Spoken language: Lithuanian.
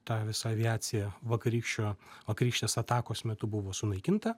ta visa aviacija vakarykščio vakarykštės atakos metu buvo sunaikinta